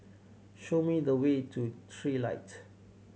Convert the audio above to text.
show me the way to Trilight